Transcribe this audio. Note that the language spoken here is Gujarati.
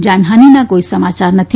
જાનહાનિના કોઇ સમાચાર નથી